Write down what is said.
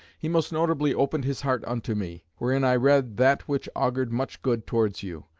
he most nobly opened his heart unto me wherein i read that which augured much good towards you.